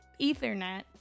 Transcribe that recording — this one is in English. ethernet